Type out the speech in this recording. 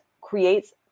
creates